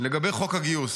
לגבי חוק הגיוס,